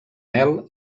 mel